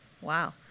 wow